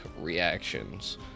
reactions